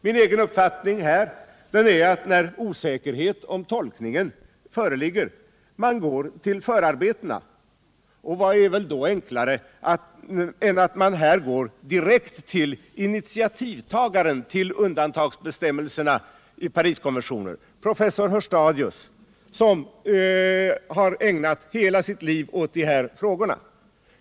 Min egen uppfattning är att, när osäkerhet om tolkningen föreligger, man bör gå till förarbetena, och vad är då enklare än att direkt fråga initiativtagaren till undantagsbestämmelserna i Pariskonventionen, professor Hörstadius, som har ägnat hela sitt liv åt dessa frågor?